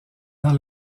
dans